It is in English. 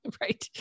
Right